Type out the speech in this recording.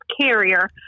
carrier